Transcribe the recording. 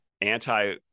anti-